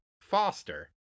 Foster